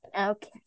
okay